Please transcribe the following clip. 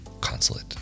consulate